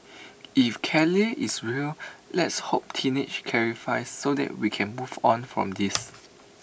if Kelly is real let's hope teenage clarifies so that we can move on from this